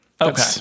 Okay